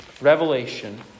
Revelation